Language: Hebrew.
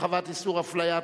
הרחבת איסור האפליה),